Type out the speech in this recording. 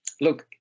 look